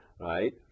right